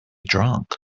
drunk